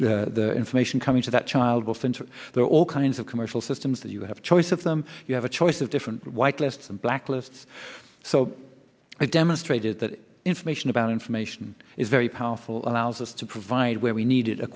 filter the information coming to that child will center there are all kinds of commercial systems that you have a choice of them you have a choice of different white lists and blacklists so i demonstrated that information about information is very powerful allows us to provide where we needed a